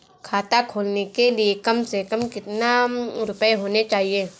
खाता खोलने के लिए कम से कम कितना रूपए होने चाहिए?